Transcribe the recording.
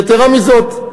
יתרה מזאת,